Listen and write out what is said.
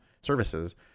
services